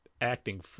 acting